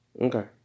Okay